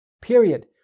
Period